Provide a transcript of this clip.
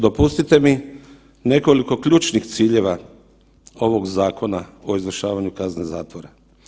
Dopustite mi nekoliko ključnih ciljeva ovog Zakona o izvršavanju kazne zatvora.